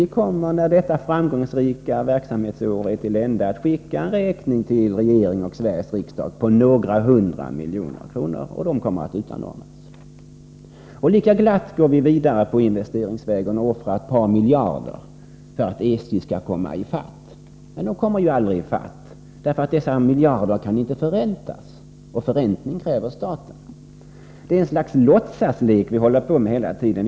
SJ kommer, när detta framgångsrika verksamhetsår är till ända, att skicka en räkning till Sveriges regering och riksdag på några hundra miljoner, och de kommer att Lika glatt går vi vidare på investeringsvägen och offrar ett par miljarder för att SJ skall komma i fatt. Men SJ kommer aldrig i fatt, eftersom dessa miljarder inte kan förräntas, och förräntning kräver staten. Det är ett slags låtsaslek vi håller på med hela tiden.